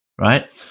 right